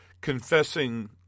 confessing